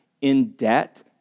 in-debt